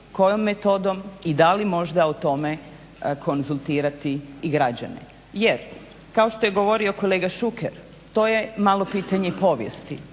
kojom metodom i da li možda o tome konzultirati i građane. Jer kao što je govorio kolega Šuker, to je malo pitanje povijesti,